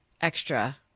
extra